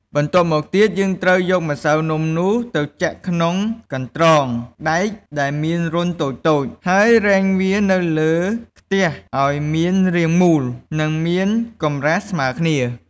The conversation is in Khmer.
បន្ទាប់មកទៀត យើងត្រូវយកម្សៅនំនោះ ទៅចាក់ក្នុងកន្រ្តងដែកដែលមានរន្ធតូចៗ ហើយរែងវានៅលើខ្ទះឱ្យមានរាងមូល និងមានកម្រាស់ស្មើគ្នា។